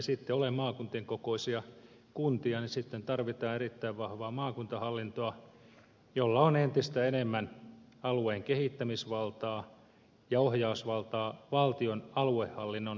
ellei ole maakuntien kokoisia kuntia niin sitten tarvitaan erittäin vahvaa maakuntahallintoa jolla on entistä enemmän alueen kehittämisvaltaa ja ohjausvaltaa valtion aluehallinnon osalta